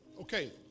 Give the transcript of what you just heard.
Okay